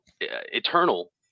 eternal